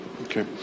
Okay